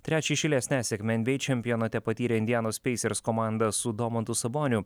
trečią iš eilės nesėkmę nba čempionate patyrė indianos pacers komanda su domantu saboniu